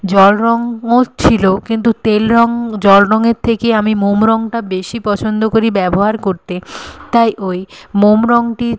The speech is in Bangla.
জল রঙ ও ছিল কিন্তু তেল রং জল রঙের থেকে আমি মোম রংটা বেশি পছন্দ করি ব্যবহার করতে তাই ওই মোম রংটি